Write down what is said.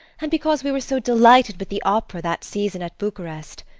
and because we were so delighted with the opera that season at bucharest.